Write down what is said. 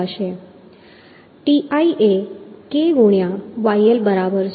Ti એ K ગુણ્યાં yI બરાબર છે